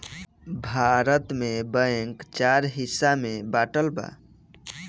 भारत में बैंक चार हिस्सा में बाटल बा